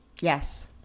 Yes